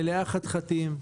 מלאה חתחתים,